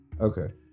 Okay